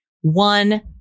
one